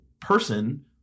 person